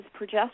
progesterone